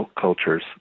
cultures